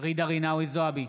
רינאוי זועבי,